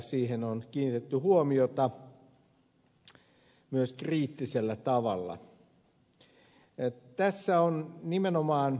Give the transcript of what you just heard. siihen on kiinnitetty huomiota myös kriittisellä tavalla